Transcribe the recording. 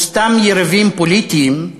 וסתם יריבים פוליטיים,